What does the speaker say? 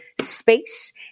space